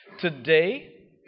Today